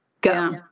Go